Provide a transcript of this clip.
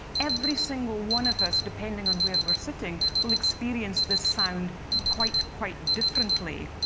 every single one of us, depending on where we're sitting, will experience this sound quite, quite differently.